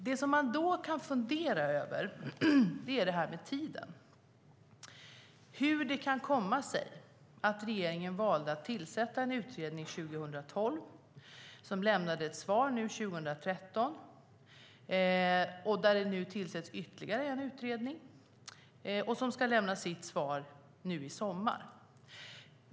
Det man kan fundera över är tiden, hur det kan komma sig att regeringen valde att tillsätta en utredning 2012 som lämnade sitt svar 2013 och att det nu tillsätts ytterligare en utredning som ska lämna sitt svar i sommar.